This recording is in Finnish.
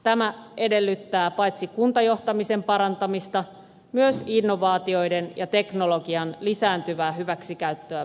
tämä edellyttää paitsi kuntajohtamisen parantamista myös innovaatioiden ja teknologian lisääntyvää hyväksikäyttöä palvelutuotannossa